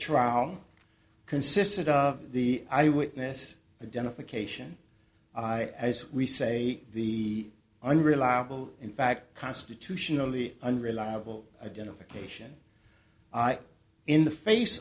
trial consisted of the eyewitness identification we say the unreliable in fact constitutionally unreliable identification in the face